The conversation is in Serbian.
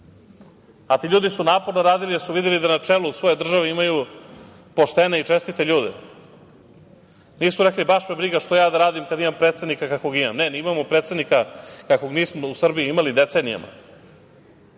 a ti ljudi su naporno radili jer su videli da na čelu svoje države imaju poštene i čestite ljude. Nisu rekli – baš me briga, što ja da radim kada imam predsednika kakvog imam. Ne, mi imamo predsednika kakvog nismo u Srbiji imali decenijama.